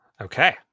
Okay